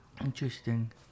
Interesting